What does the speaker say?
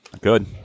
good